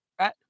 right